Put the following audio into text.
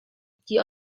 die